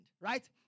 right